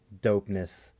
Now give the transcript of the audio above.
dopeness